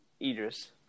Idris